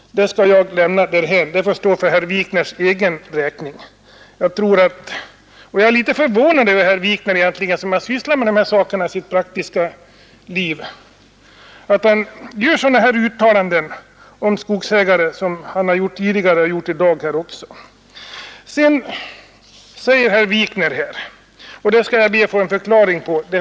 Det skall jag lämna därhän — det får stå för herr Wikners egen räkning. Jag är egentligen litet förvånad över att herr Wikner, som sysslar med dessa saker i sin praktiska verksamhet, gör sådana uttalanden om skogsägarna som han har gjort tidigare och även här i dag. Herr Wikner gjorde ytterligare ett uttalande som jag skall be att få en förklaring på.